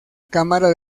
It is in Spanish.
cámara